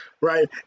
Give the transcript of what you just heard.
right